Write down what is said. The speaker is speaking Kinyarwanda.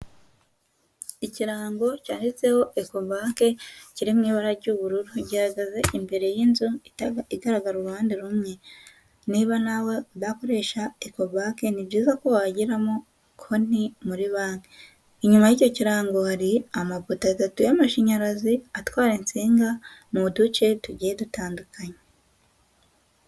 Ikirango cyanditseho ecobank kirimo ibara ry'ubururu gihagaze imbere y'inzu igaragara uruhande rumwe niba nawe udakoresha ecobank ni byiza ko wagiramo konti muri banki inyuma y'icyo kirango hari amapota atatu y'amashanyarazi atwara insinga mu duce tugiye dutandukanye.